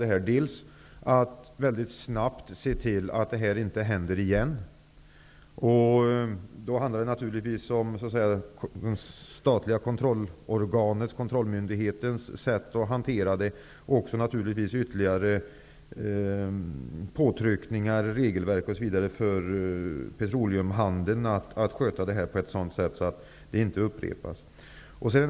Det gäller att väldigt snabbt se till att det inträffade inte händer igen, och då handlar det naturligtvis om det statliga kontrollorganets, kontrollmyndighetens, sätt att hantera detta. Vidare gäller det att åstadkomma ytterligare påtryckningar, regelverk osv. för petroleumhandeln, så att detta kan skötas på ett sådant sätt att det inte blir en upprepning.